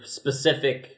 specific